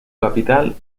capital